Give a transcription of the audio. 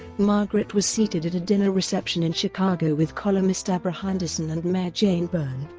margaret was seated at a dinner reception in chicago with columnist abra anderson and mayor jane byrne.